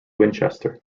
winchester